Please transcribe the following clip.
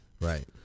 Right